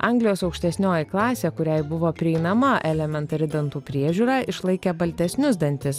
anglijos aukštesnioji klasė kuriai buvo prieinama elementari dantų priežiūra išlaikė baltesnius dantis